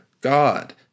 God